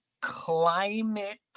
climate